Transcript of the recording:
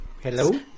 Hello